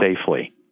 safely